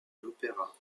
l’opéra